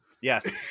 Yes